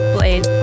Blade